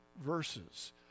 verses